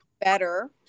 better